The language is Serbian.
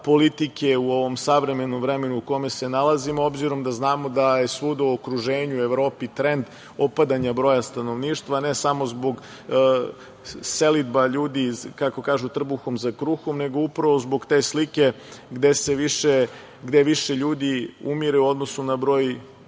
politike u ovom savremenom vremenu u kome se nalazimo, obzirom da znamo da je svuda u okruženju i Evropi trend opadanja broja stanovništva, a ne samo zbog selidba ljudi, kako kažu, „trbuhom za kruhom“, nego upravo zbog te slike gde više ljudi umire u odnosu na broj